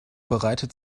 bereitet